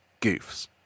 goofs